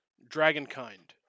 Dragonkind